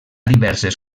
diverses